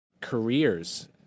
careers